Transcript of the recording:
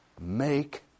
make